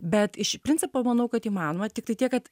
bet iš principo manau kad įmanoma tiktai tiek kad